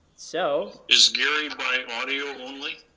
so is gary by audio only?